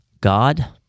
God